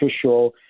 official